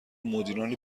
مدیران